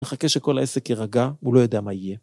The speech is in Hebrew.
‫מחכה שכל העסק יירגע, ‫הוא לא יודע מה יהיה.